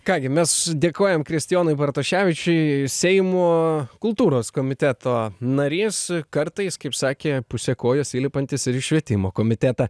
ką gi mes dėkojam kristijonui bartoševičiui seimo kultūros komiteto narys kartais kaip sakė pusė kojos įlipantis ir švietimo komitetą